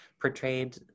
portrayed